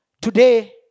Today